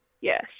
Yes